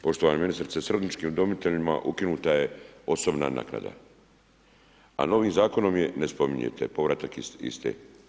Poštovana ministrice, skrbničkim udomiteljima ukinuta je osobna naknada, a novim Zakonom je ne spominjete povratak iste.